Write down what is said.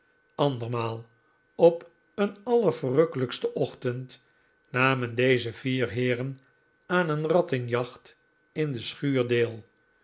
andermaal op een allerverrukkelijksten ochtend namen deze vier heeren aan een rattenjacht in de schuur deel